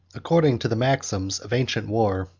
according to the maxims of ancient war,